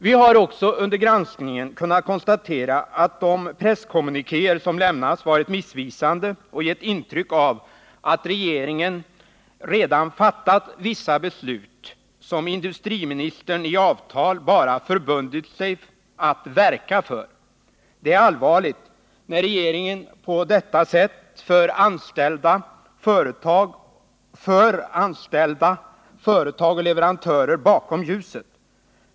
Vi har också under granskningen kunnat konstatera att de presskommunikéer som lämnats varit missvisande och gett intryck av att regeringen redan fattat vissa beslut, som industriministern i avtal bara förbundit sig att ”verka för”. Det är allvarligt när regeringen på detta sätt för anställda, företag och leverantörer bakom ljuset.